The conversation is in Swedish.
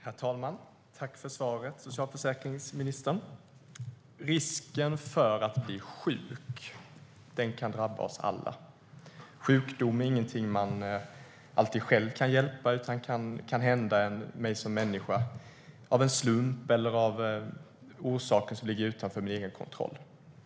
Herr talman! Tack för svaret, socialförsäkringsministern! Att bli sjuk kan drabba oss alla. Sjukdom är inte alltid något man själv kan hjälpa, utan den kan drabba mig som människa av en slump eller av orsaker som ligger utanför min egen kontroll.